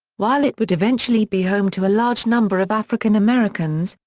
while it would eventually be home to a large number of african americans,